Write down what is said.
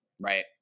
Right